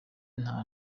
nta